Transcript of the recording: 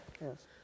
Yes